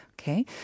Okay